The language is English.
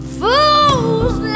fools